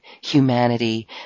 humanity